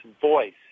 Voice